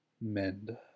mend